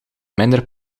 minder